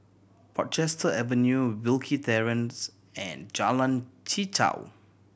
Portchester Avenue Wilkie Terrace and Jalan Chichau